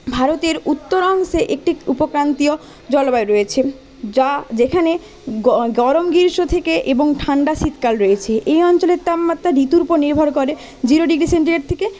ভারতের উত্তর অংশে একটি উপক্রান্তীয় জলবায়ু রয়েছে যা যেখানে গ্রীষ্ম থেকে এবং ঠান্ডা শীতকাল রয়েছে এই অঞ্চলের তাপমাত্রা ঋতুর উপর নির্ভর করে জিরো ডিগ্রি সেন্টিগ্রেড থেকে